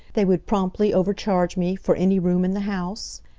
they would promptly over-charge me for any room in the house?